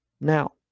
Now